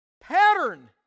pattern